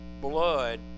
blood